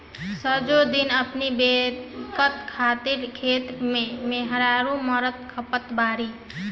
सजो दिन अपनी बेकत खातिर खेते में मेहरारू मरत खपत बाड़ी